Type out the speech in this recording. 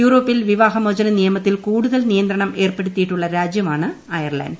യൂറോപ്പിൽ വിവാഹമോചന നിയമത്തിൽ കൂടുതൽ നിയന്ത്രണം ഏർപ്പെടുത്തിയിട്ടുള്ള രാജ്യമാണ് അയർലന്റ്